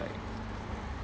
like